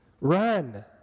Run